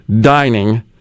dining